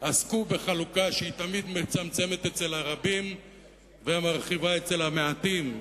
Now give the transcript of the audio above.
עסקו בחלוקה שהיא תמיד מצמצמת אצל הרבים ומרחיבה אצל המעטים.